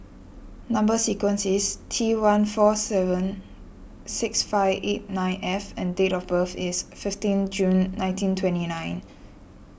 Number Sequence is T one four seven six five eight nine F and date of birth is fifteen June nineteen twenty nine